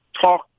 talk